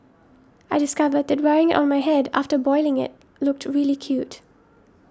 I discovered that wearing it on my head after boiling it looked really cute